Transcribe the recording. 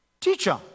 Teacher